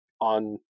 on